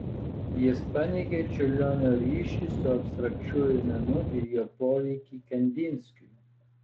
jis paneigė čiurlionio ryšį su abstrakčiuoju menu ir jo poveikį kandinskiui